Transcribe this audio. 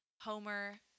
Homer